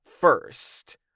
first